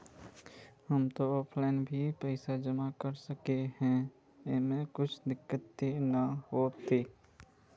हम ते ऑफलाइन भी ते पैसा जमा कर सके है ऐमे कुछ दिक्कत ते नय न होते?